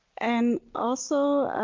and also